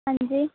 ਹਾਂਜੀ